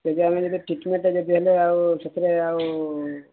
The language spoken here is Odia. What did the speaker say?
ସେ ଆମେ ଯଦି ଟ୍ରିଟମେଣ୍ଟ ଯଦି ହେଲେ ଆଉ ସେଥିରେ ଆଉ